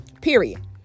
Period